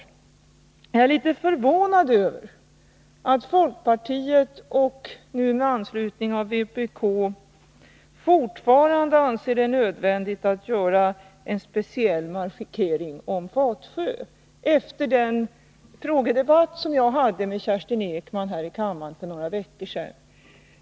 Jag är litet förvånad över att folkpartiet, nu med anslutning av vpk, fortfarande anser det nödvändigt att göra en speciell markering om Fatsjö, efter den frågedebatt jag hade med Kerstin Ekman här i kammaren för några veckor sedan.